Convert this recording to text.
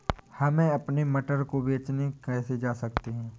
हम अपने मटर को बेचने कैसे जा सकते हैं?